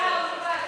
נתקבל.